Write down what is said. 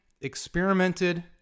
experimented